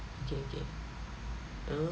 okay okay uh